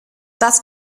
das